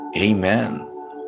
Amen